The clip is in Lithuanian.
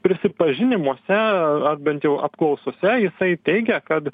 prisipažinimuose bent jau apklausose jisai teigia kad